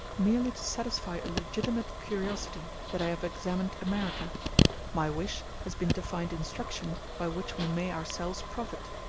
merely to satisfy a legitimate curiosity that i have examined america my wish has been to find instruction by which we may ourselves profit.